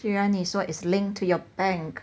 竟然你说 is linked to your bank